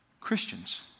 Christians